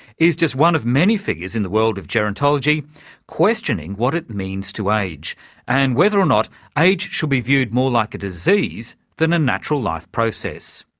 is just one of many figures in the world of gerontology questioning what it means to age and whether or not age should be viewed more like a disease than a natural life process.